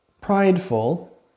prideful